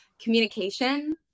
communication